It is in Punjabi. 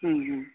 ਹਮ ਹਮ